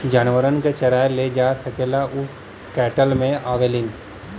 जानवरन के चराए ले जा सकेला उ कैटल मे आवेलीन